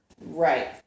Right